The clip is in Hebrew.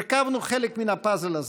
הרכבנו חלק מהפאזל הזה.